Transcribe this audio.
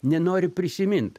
nenori prisimint